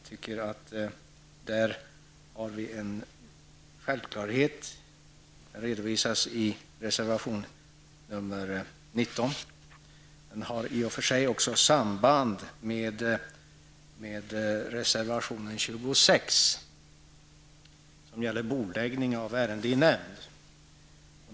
I reservation nr 19 redovisas denna, som vi ser det, självklarhet och som i och för sig också har samband med reservation nr 26 som gäller bordläggning av ärende i nämnd.